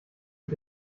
mit